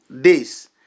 days